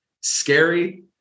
Scary